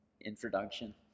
introduction